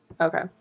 Okay